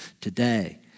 Today